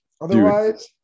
otherwise